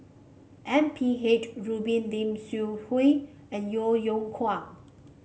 M P H Rubin Lim Seok Hui and Yeo Yeow Kwang